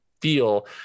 feel